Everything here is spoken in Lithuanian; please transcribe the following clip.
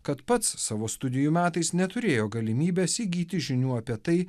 kad pats savo studijų metais neturėjo galimybės įgyti žinių apie tai